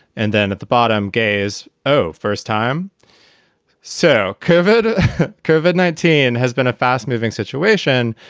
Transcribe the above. and then at the bottom gaze. oh, first time so covered a curve at nineteen has been a fast moving situation.